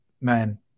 man